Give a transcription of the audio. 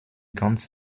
ganz